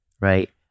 right